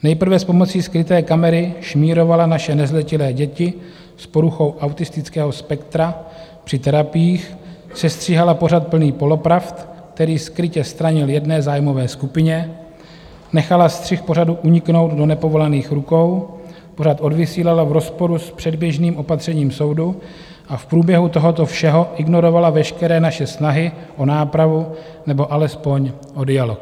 Nejprve s pomocí skryté kamery šmírovala naše nezletilé děti s poruchou autistického spektra při terapiích, sestříhala pořad plný polopravd, který skrytě stranil jedné zájmové skupině, nechala střih pořadu uniknout do nepovolaných rukou, pořad odvysílala v rozporu s předběžným opatřením soudu a v průběhu tohoto všeho ignorovala veškeré naše snahy o nápravu nebo alespoň o dialog.